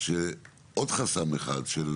שעוד חסם אחד של